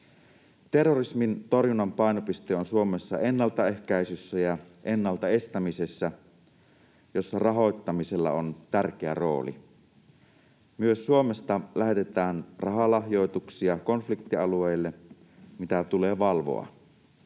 Terrorismin torjunnan painopiste on Suomessa ennaltaehkäisyssä ja ennalta estämisessä, jossa rahoittamisella on tärkeä rooli. Myös Suomesta lähetetään rahalahjoituksia konfliktialueille, mitä tulee valvoa.